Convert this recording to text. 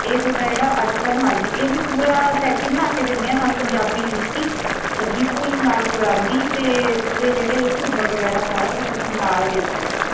ਇਹ ਤੁਹਾਡਾ ਜਿਹੜਾ ਅੱਜ ਕੱਲ਼੍ਹ ਹਾਂਜੀ ਇਹ ਅਸੀਂ ਪੂਰਾ ਸੈਟ ਹੀ ਬਣਾਕੇ ਦਿੰਦੇ ਆ ਨਾਲ਼ ਪੰਜਾਬੀ ਜੁੱਤੀ ਸੱਗੀ ਫੁੱਲ ਨਾਲ਼ ਪਰਾਂਦੀ ਅਤੇ ਪੂਰੇ ਜਿਹੜੇ ਝੂੰਮਰ ਵਗੈਰਾ ਸਾਰਾ ਕੁਛ ਅਸੀਂ ਨਾਲ਼ ਦੇ ਦਿੰਦੇ ਆ ਜੀ